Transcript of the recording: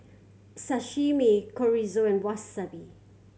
Sashimi Chorizo and Wasabi